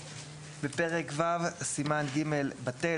בפרק ו', סימן ג' בטל.